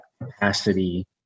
capacity